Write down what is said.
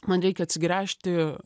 man reikia atsigręžti